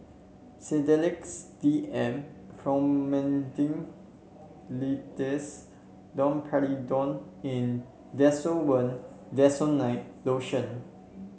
Sedilix D M Promethazine Linctus Domperidone and Desowen Desonide Lotion